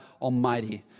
Almighty